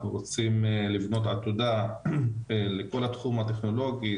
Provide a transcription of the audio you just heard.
אנחנו רוצים לבנות עתודה לכל התחום הטכנולוגי,